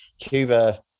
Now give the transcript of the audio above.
Cuba